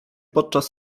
podczas